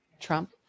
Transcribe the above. Trump